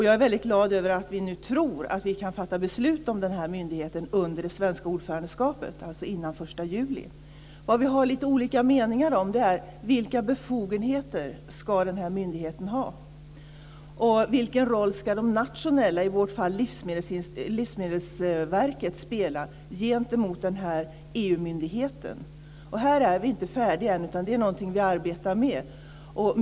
Jag är väldigt glad för att vi nu tror att vi kan fatta beslut om den här myndigheten under det svenska ordförandeskapet, dvs. innan den 1 Vad vi har lite olika meningar om är: Vilka befogenheter ska myndigheten ha? Vilken roll ska de nationella myndigheterna - i vårt fall Livsmedelsverket - ha gentemot EU-myndigheten? Här är vi inte färdiga, utan det är någonting vi arbetar med.